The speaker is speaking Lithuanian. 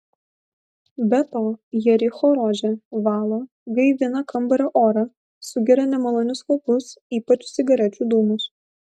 be to jericho rožė valo gaivina kambario orą sugeria nemalonius kvapus ypač cigarečių dūmus